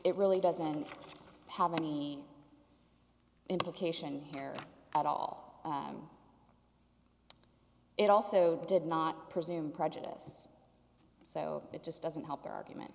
it really doesn't have any implication there at all it also did not presume prejudice so it just doesn't help their argument